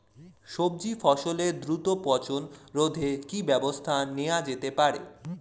সবজি ফসলের দ্রুত পচন রোধে কি ব্যবস্থা নেয়া হতে পারে?